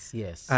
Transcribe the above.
yes